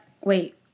wait